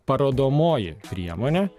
parodomoji priemonė